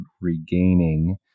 regaining